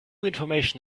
information